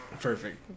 Perfect